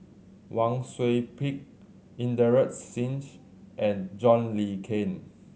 Wang Sui Pick Inderjit Singh and John Le Cain